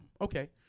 Okay